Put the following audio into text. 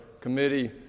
committee